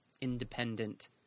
independent